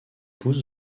pousse